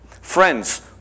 Friends